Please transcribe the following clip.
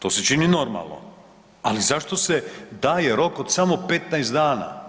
To se čini normalno, ali zašto se daje rok od samo 15 dana?